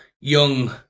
young